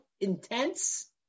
intense